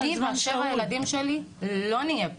אני והילדים שלי לא נהיה פה.